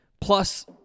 plus